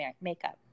makeup